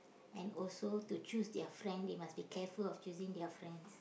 and also to choose their friend they must be careful of choosing their friends